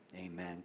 Amen